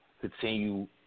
Continue